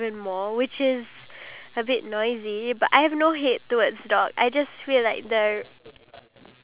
sterilise all of them and it cost like around five hundred singapore dollars just to do that